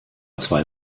zwei